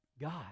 God